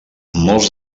molts